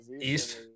East